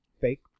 fake